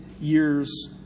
years